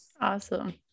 awesome